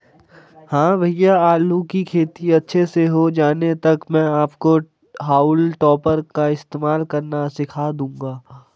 हां भैया आलू की खेती अच्छे से हो जाने तक मैं आपको हाउल टॉपर का इस्तेमाल करना सिखा दूंगा